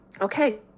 Okay